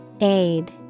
Aid